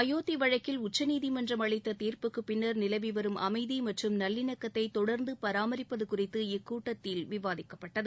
அயோத்தி வழக்கில் உச்சநீதிமன்றம் அளித்த தீர்ப்புக்கு பின்னர் நிலவி வரும் அமைதி மற்றும் நல்லிணக்கத்தை தொடர்ந்து பராமரிப்பது குறித்து இக்கூட்டத்தில் விவாதிக்கப்பட்டது